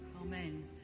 Amen